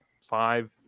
five